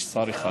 יש שר אחד.